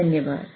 धन्यवाद